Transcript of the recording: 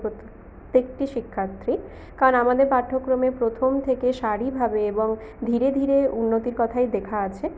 প্রত্যেকটি শিক্ষার্থী কারণ আমাদের পাঠ্যক্রমে প্রথম থেকে সারিভাবে এবং ধীরে ধীরে উন্নতির কথাই লেখা আছে